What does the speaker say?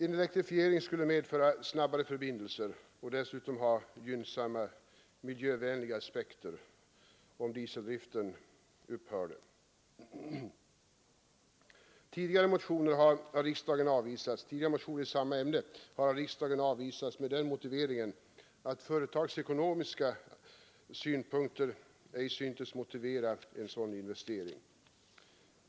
En elektrifiering skulle medföra snabbare förbindelser, och det skulle dessutom ha gynnsam, miljövänlig effekt om dieseldriften upphörde. Tidigare motioner i samma ämne har av riksdagen avvisats med motiveringen att företagsekonomiska skäl ej syntes motivera en sådan investering.